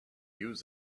use